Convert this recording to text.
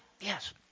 yes